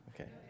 Okay